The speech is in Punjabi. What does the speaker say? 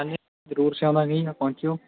ਹਾਂਜੀ ਜ਼ਰੂਰ ਸਿਆਵਾਂਗੇ ਜੀ ਪਹੁੰਚਿਓ